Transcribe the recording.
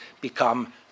become